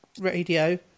Radio